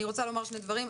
אני רוצה לומר שני דברים,